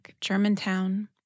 Germantown